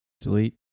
Delete